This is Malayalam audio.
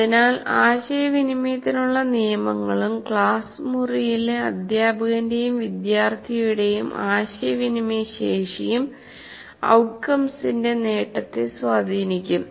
അതിനാൽ ആശയവിനിമയത്തിനുള്ള നിയമങ്ങളും ക്ലാസ് മുറിയിലെ അധ്യാപകന്റെയും വിദ്യാർത്ഥിയുടെയും ആശയവിനിമയ ശേഷിയും ഔട്ട്കംസിന്റെ നേട്ടത്തെ സ്വാധീനിക്കും